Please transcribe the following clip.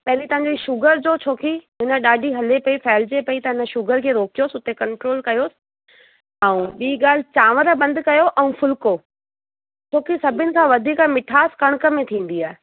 पहेली तव्हांजी शुगर जो छो की हींअर ॾाढी हले पेई फहिलजे पेई त हिन शुगर खे रोकियोसि उते कंट्रोल कयोसि ऐं ॿीं ॻाल्हि चांवर बंदि कयो ऐं फुल्को छो की सभिनी खां वधीक मिठास कणिक में थींदी आहे